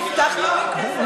תפתח לו מיקרופון.